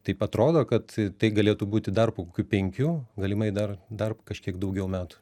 taip atrodo kad tai galėtų būti dar po kokių penkių galimai dar dar kažkiek daugiau metų